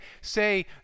say